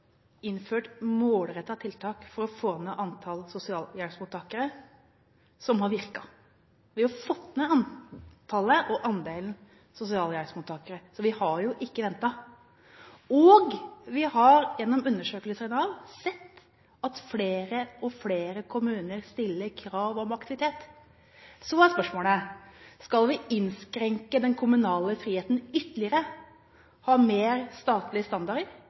innført målrettede tiltak for å få ned antall sosialhjelpsmottakere som har virket. Vi har fått ned antallet og andelen sosialhjelpsmottakere, så vi har ikke ventet, og vi har gjennom undersøkelser sett at flere og flere kommuner stiller krav om aktivitet. Så er spørsmålet: Skal vi innskrenke den kommunale friheten ytterligere, ha flere statlige standarder?